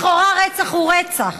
לכאורה רצח הוא רצח,